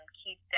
keep